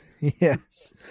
Yes